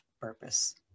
purpose